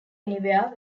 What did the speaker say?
anywhere